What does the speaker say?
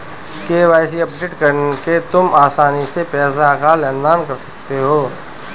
KYC update करके तुम आसानी से पैसों का लेन देन कर सकते हो